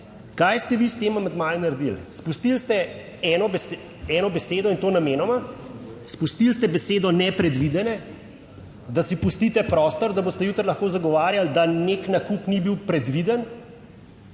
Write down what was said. kaj ste vi s tem amandmajem naredili. Spustili ste eno, eno besedo in to namenoma, spustili ste besedo "nepredvidene", da si pustite prostor, da boste jutri lahko zagovarjali, da nek nakup ni bil predviden.